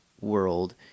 world